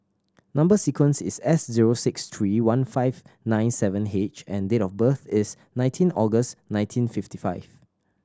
number sequence is S zero six three one five nine seven H and date of birth is nineteen August nineteen fifty five